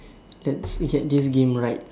let's get this game right